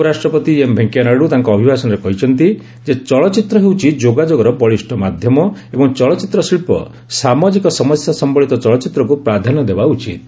ଉପରାଷ୍ଟ୍ରପତି ଏମ୍ ଭେଙ୍କୟା ନାଇଡୁ ତାଙ୍କ ଅଭିଭାଷଣରେ କହିଛନ୍ତି ଯେ ଚଳଚ୍ଚିତ୍ର ହେଉଛି ଯୋଗାଯୋଗର ବଳିଷ୍ଠ ମାଧ୍ୟମ ଏବଂ ଚଳଚ୍ଚିତ୍ର ଶିଳ୍ପ ସାମାଜିକ ସମସ୍ୟା ସମ୍ବଳିତ ଚଳଚ୍ଚିତ୍ରକୁ ପ୍ରାଧାନ୍ୟ ଦେବା ଉଚିତ୍